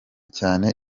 cyane